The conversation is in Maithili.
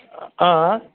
अँइ